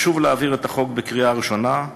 חשוב להעביר את החוק בקריאה הראשונה,